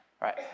Right